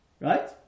Right